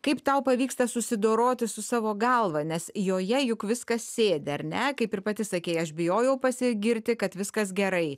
kaip tau pavyksta susidoroti su savo galva nes joje juk viskas sėdi ar ne kaip ir pati sakei aš bijojau pasigirti kad viskas gerai